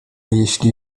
jeśli